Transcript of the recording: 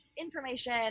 information